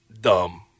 dumb